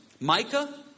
Micah